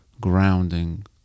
grounding